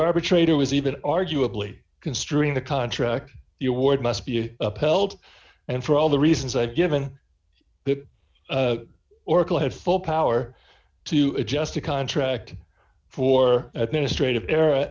arbitrator was even arguably construing the contract the award must be upheld and for all the reasons i've given the oracle had full power to adjust the contract for administrative er